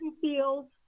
fields